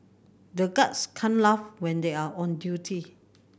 the guards can't laugh when they are on duty